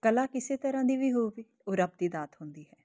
ਕਲਾ ਕਿਸੇ ਤਰ੍ਹਾਂ ਦੀ ਵੀ ਹੋਵੇ ਉਹ ਰੱਬ ਦੀ ਦਾਤ ਹੁੰਦੀ ਹੈ